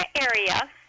area